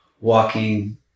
walking